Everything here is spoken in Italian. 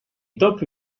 topi